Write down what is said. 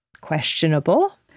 questionable